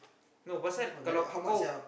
no pasal kalau kau